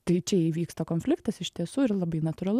tai čia įvyksta konfliktas iš tiesų labai natūralu